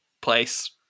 place